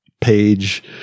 Page